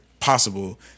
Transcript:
Possible